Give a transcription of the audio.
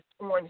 on